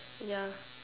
ya